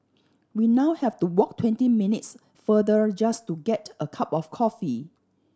we now have to walk twenty minutes farther just to get a cup of coffee